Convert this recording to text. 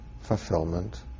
fulfillment